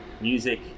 music